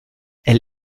elle